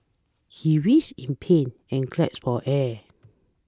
he writhed in pain and gasped for air